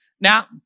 Now